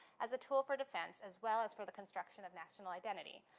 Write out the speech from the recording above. as a tool for defense as well as for the construction of national identity.